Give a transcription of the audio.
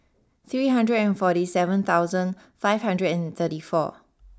three hundred and forty seven thousand five hundred and thirty four